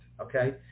okay